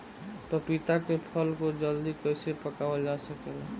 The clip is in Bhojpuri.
पपिता के फल को जल्दी कइसे पकावल जा सकेला?